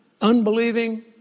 unbelieving